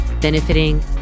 benefiting